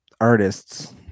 artists